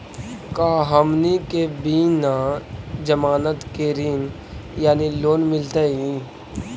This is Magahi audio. का हमनी के बिना जमानत के ऋण यानी लोन मिलतई?